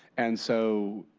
and so,